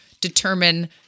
determine